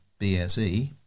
BSE